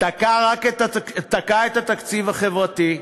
תקע את התקציב החברתי.